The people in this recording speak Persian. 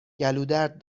گلودرد